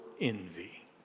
envy